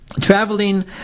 traveling